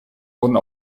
wurden